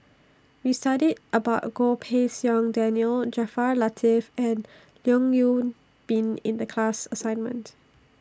We studied about Goh Pei Siong Daniel Jaafar Latiff and Leong Yoon Pin in The class assignment